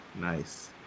Nice